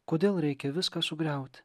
kodėl reikia viską sugriaut